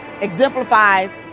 exemplifies